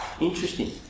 interesting